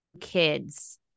kids